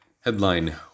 Headline